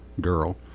girl